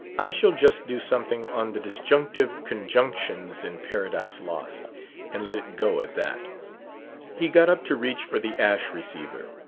i shall just do something on the disjunctive conjunctions in paradise lost and let it go at that he got up to reach for the ash-receiver.